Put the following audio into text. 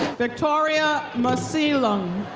victoria masilang.